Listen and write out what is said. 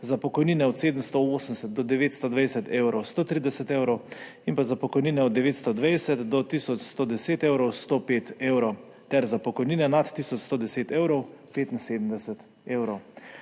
za pokojnine od 780 do 920 evrov 130 evrov in za pokojnine od 920 do tisoč 110 evrov 105 evrov ter za pokojnine nad tisoč 110 evrov 75 evrov.